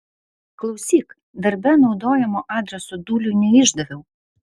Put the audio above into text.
klausyk darbe naudojamo adreso dūliui neišdaviau